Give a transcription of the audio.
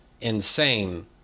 insane